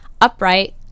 upright